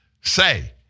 say